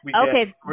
Okay